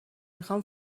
میخوام